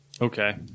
Okay